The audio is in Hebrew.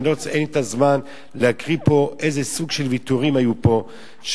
אין לי הזמן להקריא פה איזה סוג של ויתורים היו פה,